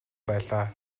байлаа